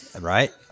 Right